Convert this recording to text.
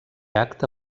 acta